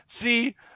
See